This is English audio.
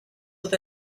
with